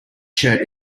shirt